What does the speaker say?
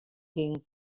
geane